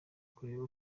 kureba